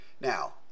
Now